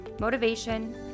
motivation